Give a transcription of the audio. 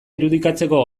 irudikatzeko